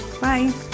Bye